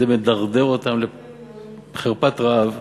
זה מדרדר אותם לחרפת רעב,